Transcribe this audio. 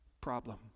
problem